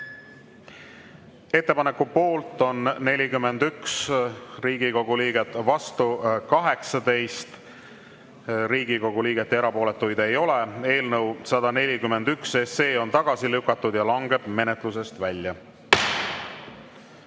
Ettepaneku poolt on 41 Riigikogu liiget, vastu on 18 Riigikogu liiget, erapooletuid ei ole. Eelnõu 141 on tagasi lükatud ja langeb menetlusest välja.